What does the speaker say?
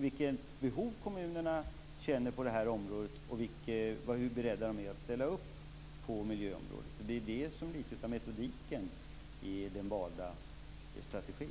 vilket behov kommunerna känner på området och att de är beredda att ställa upp på miljöområdet. Det är metoden i den valda strategin.